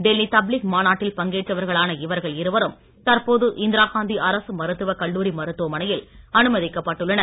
டெல்லி தப்லிக் மாநாட்டில் பங்கேற்றவர்களான இவர்கள் இருவரும் தற்போது இந்திராகாந்தி அரசு மருத்துவக் கல்லூரி மருத்துவமனையில் அனுமதிக்கப்பட்டுள்ளனர்